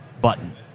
button